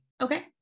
Okay